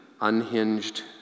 unhinged